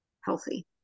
healthy